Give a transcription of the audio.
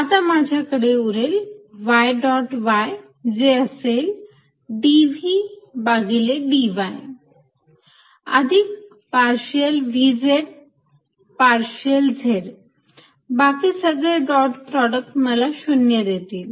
आता माझ्याकडे उरेल y डॉट y जे असेल dv भागिले dy अधिक partial v z partial z बाकी सगळे डॉट प्रॉडक्ट मला 0 देतील